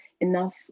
enough